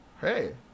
hey